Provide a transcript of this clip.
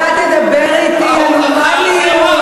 אתה תדבר אתי על נורמליות?